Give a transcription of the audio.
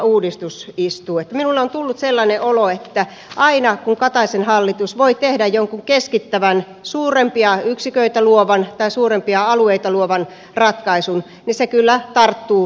minulle on tullut sellainen olo että aina kun kataisen hallitus voi tehdä jonkun keskittävän suurempia yksiköitä luovan tai suurempia alueita luovan ratkaisun niin se kyllä tarttuu tilaisuuteen